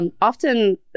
often